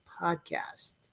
podcast